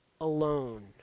alone